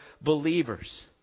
believers